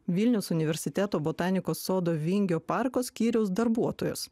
vilniaus universiteto botanikos sodo vingio parko skyriaus darbuotojos